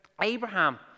Abraham